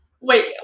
Wait